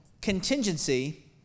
contingency